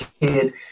kid